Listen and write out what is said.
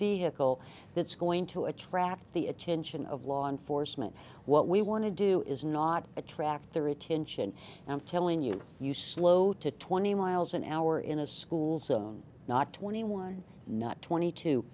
vehicle that's going to attract the attention of law enforcement what we want to do is not attract their attention and i'm telling you you slow to twenty miles an hour in a school zone not twenty one not twenty t